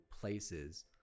places